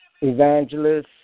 Evangelists